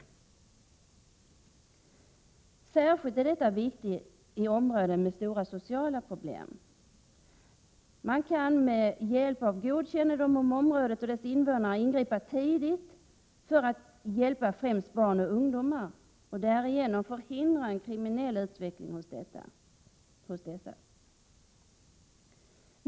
I områden med sociala problem är kvarterseller områdespolisernas arbete särskilt viktigt. De kan med hjälp av god kännedom om området och dess invånare ingripa tidigt för att hjälpa främst barn och ungdomar och därigenom förhindra en kriminell utveckling hos dem.